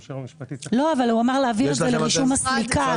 במישור המשפטי --- אבל הוא אמר להעביר את זה למאגר הסליקה.